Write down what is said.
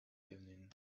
evening